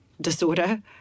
disorder